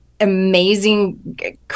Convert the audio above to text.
amazing